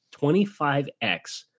25x